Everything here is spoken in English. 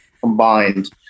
combined